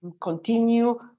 continue